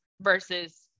versus